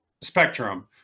spectrum